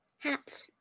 hats